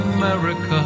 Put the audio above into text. America